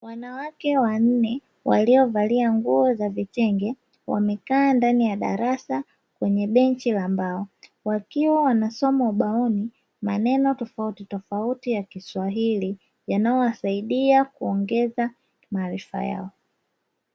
Wanawake wanne waliovalia nguo za vitenge, wamekaa ndani ya darasa kwenye benchi la mbao, wakiwa wanasoma ubaoni maneno tofautitofauti ya Kiswahili, yanayowasaidia kuongeza maarifa yao.